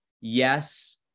yes